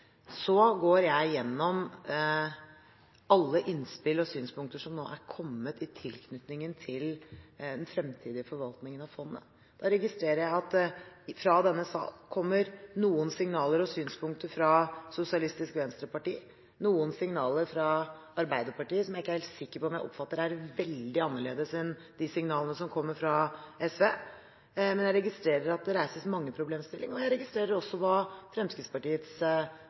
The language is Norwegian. Så går jeg igjennom alle innspill og synspunkter som nå er kommet i tilknytning til den fremtidige forvaltningen av fondet. Jeg registrerer at det i denne sal kommer noen signaler og synspunkter fra Sosialistisk Venstreparti og noen signaler fra Arbeiderpartiet, som jeg ikke er helt sikker på om jeg oppfatter som veldig annerledes enn de signalene som kommer fra SV. Jeg registrerer at det reises mange problemstillinger, og jeg registrerer også hva Fremskrittspartiets